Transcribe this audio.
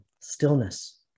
stillness